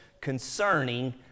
concerning